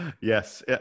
Yes